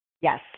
Yes